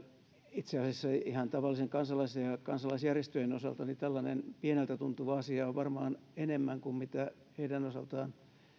itse asiassa ihan tavallisen kansalaisen ja kansalaisjärjestöjen osalta tällainen pieneltä tuntuva asia on on varmaan enemmän kuin mitä heidän osaltaan